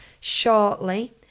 shortly